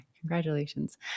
congratulations